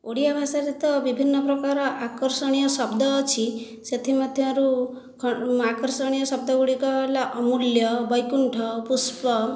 ଓଡ଼ିଆ ଭାଷାରତ ବିଭିନ୍ନ ପ୍ରକାର ଆକର୍ଷଣୀୟ ଶବ୍ଦ ଅଛି ସେଥିମଧ୍ୟରୁ ଆକର୍ଷଣୀୟ ଶବ୍ଦ ଗୁଡ଼ିକ ହେଲା ଅମୂଲ୍ୟ ବୈକୁଣ୍ଠ ପୁଷ୍ପ